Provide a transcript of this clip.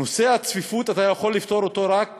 נושא הצפיפות, אתה יכול לפתור אותו רק